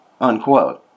unquote